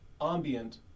ambient